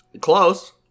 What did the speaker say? Close